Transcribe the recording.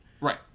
Right